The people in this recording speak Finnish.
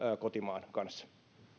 kotimaan kanssa